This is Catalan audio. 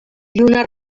lluna